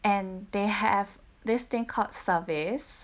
and they have this thing called service